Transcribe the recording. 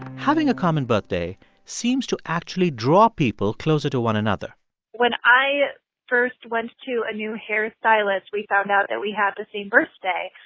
having a common birthday seems to actually draw people closer to one another when i first went to a new hairstylist, we found out that we had the same birthday,